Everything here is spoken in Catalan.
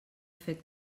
fet